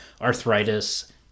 arthritis